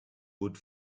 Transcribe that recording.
good